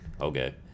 okay